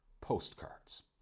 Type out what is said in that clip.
Postcards